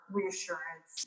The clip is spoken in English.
reassurance